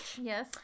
Yes